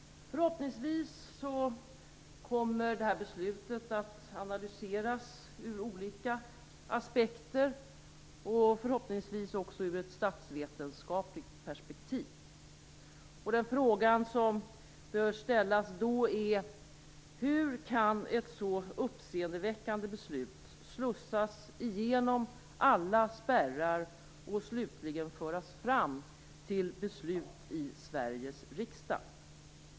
Förhoppningsvis kommer det här beslutet att analyseras ur olika aspekter och förhoppningsvis även ur ett statsvetenskapligt perspektiv. Den fråga som då bör ställas är: Hur kan ett så uppseendeväckande förslag slussas igenom alla spärrar och slutligen föras fram till beslut i Sveriges riksdag?